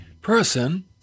person